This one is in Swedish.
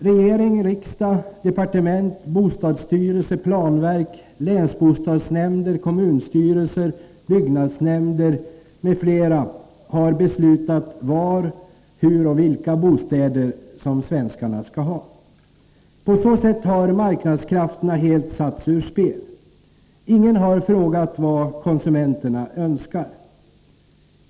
Regering, riksdag, departement, bostadsstyrelse, planverk, länsbostadsnämnder, kommunstyrelser, byggnadsnämnder m.fl. har beslutat var, hur och i vilka bostäder som svenskarna skall bo. På så sätt har marknadskrafterna helt satts ur spel. Ingen har frågat vad konsumenterna önskar.